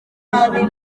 nabi